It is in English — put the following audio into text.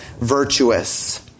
virtuous